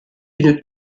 une